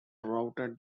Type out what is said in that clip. routed